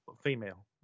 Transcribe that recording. female